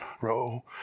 row